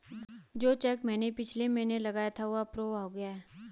जो चैक मैंने पिछले महीना लगाया था वह अप्रूव हो गया है